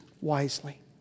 wisely